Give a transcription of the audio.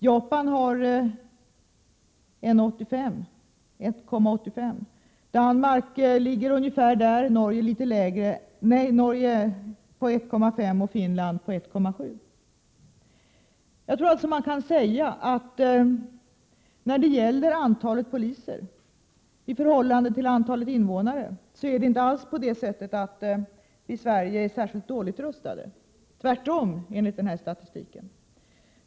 Japan har 1,85, Danmark ungefär lika många, Norge 1,5 och Finland 1,7. Jag tror alltså att man kan säga att när det gäller antalet poliser i förhållande till antalet invånare är vi i Sverige inte alls särskilt dåligt lottade — tvärtom, enligt den här statistiken.